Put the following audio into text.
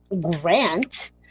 grant